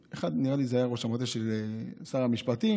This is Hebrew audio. נראה לי זה היה ראש המטה של שר המשפטים,